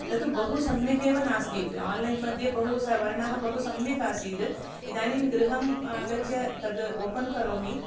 तद् बहु सम्यक् एव नास्ति आन्लैन् मध्ये बहु स वर्णः बहु सम्यक् आसीत् इदानीं गृहम् आगत्य तद् ओपन् करोमि